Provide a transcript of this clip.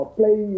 play